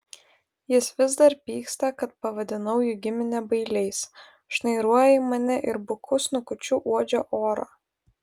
jis vis dar pyksta kad pavadinau jų giminę bailiais šnairuoja į mane ir buku snukučiu uodžia orą